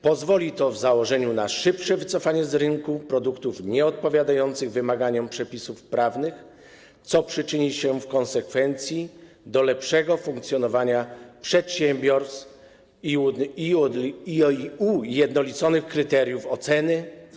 Pozwoli to w założeniu na szybsze wycofanie z rynku produktów nieodpowiadających wymaganiom przepisów prawnych, co przyczyni się w konsekwencji do lepszego funkcjonowania przedsiębiorstw i ujednolicenia kryteriów oceny.